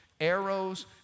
arrows